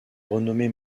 renommée